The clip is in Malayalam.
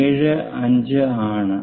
75 ആണ്